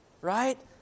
right